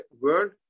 world